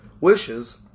wishes